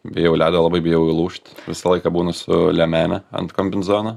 bijau ledo labai bijau įlūžt visą laiką būnu su liemene ant kombinezono